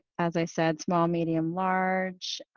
as i said, small, medium, large.